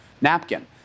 napkin